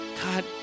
God